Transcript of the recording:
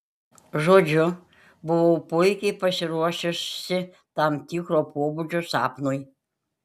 žodžiu buvau puikiai pasiruošusi tam tikro pobūdžio sapnui